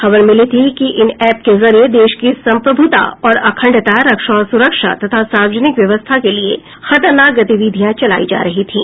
खबर मिली थी कि इन ऐप के जरिए देश की सम्प्रभुता और अखंडता रक्षा और सुरक्षा तथा सार्वजनिक व्यवस्था के लिए खतरनाक गतिविधियां चलाई जा रही थीं